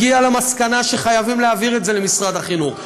הגיעו למסקנה שחייבים להעביר את זה למשרד החינוך.